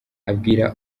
abwira